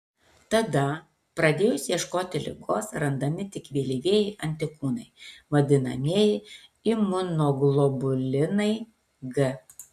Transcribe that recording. tada pradėjus ieškoti ligos randami tik vėlyvieji antikūnai vadinamieji imunoglobulinai g